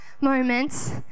moments